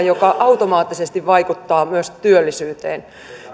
mikä automaattisesti vaikuttaa myös työllisyyteen